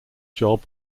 job